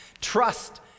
Trust